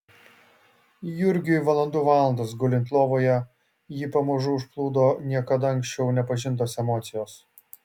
jurgiui valandų valandas gulint lovoje jį pamažu užplūdo niekada anksčiau nepažintos emocijos